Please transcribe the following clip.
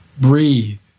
Breathe